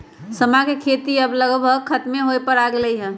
समा के खेती अब लगभग खतमे होय पर आ गेलइ ह